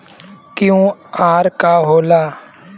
QR का होला?